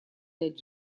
дать